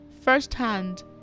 firsthand